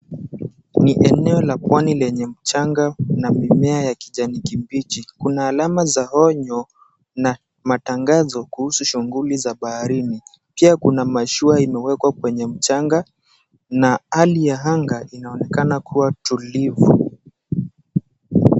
Ni eneo la pwani lenye mchanga na mimea ya kijani kibichi. Kuna alama za onyo na matangazo kuhusu shughuli za baharini. Pia kuna mashua imewekwa kwenye mchanga na hali ya anga inaonekana kuwa tulivu.